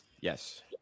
Yes